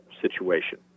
situation